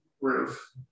roof